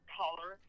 color